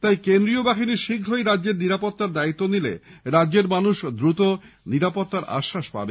তাই কেন্দ্রীয় বাহিনী শীঘ্রই রাজ্যের নিরাপত্তার দায়িত্ব নিলে রাজ্যের মানুষ দ্রুত নিরাপত্তার আশ্বাস পাবে